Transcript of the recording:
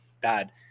bad